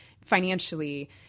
financially